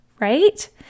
Right